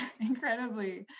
incredibly